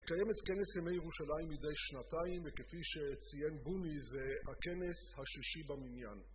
קיימת כנס ימי ירושלים מדי שנתיים וכפי שציין בוני זה הכנס השישי במניין.